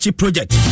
project